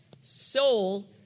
soul